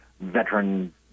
veteran